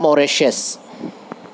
Mauritius